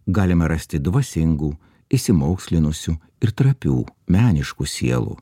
galime rasti dvasingų išsimokslinusių ir trapių meniškų sielų